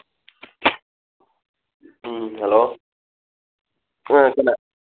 ꯎꯝ hello ꯑ ꯀꯅꯥ